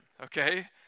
okay